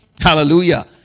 Hallelujah